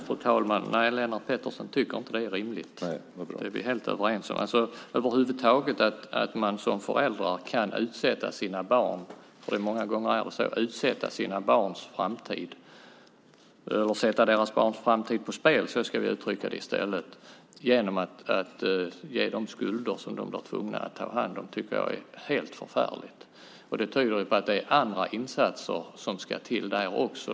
Fru talman! Nej, Lennart Pettersson tycker inte att det är rimligt. Detta är vi helt överens om. Jag tycker att det är helt förfärligt att man som förälder kan sätta sina barns framtid på spel - många gånger är det så - genom att ge dem skulder som de blir tvungna att ta hand om. Detta tyder på att det också är andra insatser som behövs.